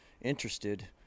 interested